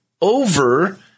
over